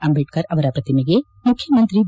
ಅಂಬೇಡ್ಕರ್ ಅವರ ಪ್ರತಿಮೆಗೆ ಮುಖ್ಯಮಂತ್ರಿ ಬಿ